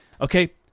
Okay